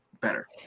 better